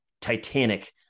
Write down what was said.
Titanic